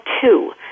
two